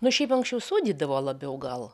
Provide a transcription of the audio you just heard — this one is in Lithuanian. nu šiaip anksčiau sūdydavo labiau gal